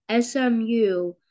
SMU